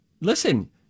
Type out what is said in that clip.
Listen